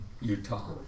utah